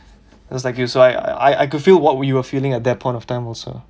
it was like I I could feel what you were feeling at that point of time also